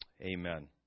Amen